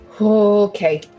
Okay